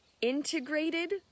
integrated